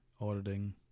auditing